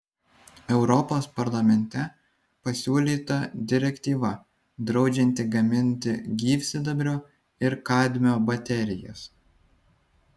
europos parlamente pasiūlyta direktyva draudžianti gaminti gyvsidabrio ir kadmio baterijas